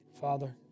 Father